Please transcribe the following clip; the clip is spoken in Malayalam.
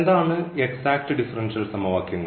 എന്താണ് എക്സാക്റ്റ് ഡിഫറൻഷ്യൽ സമവാക്യങ്ങൾ